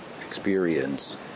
experience